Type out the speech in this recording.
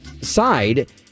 side